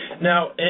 Now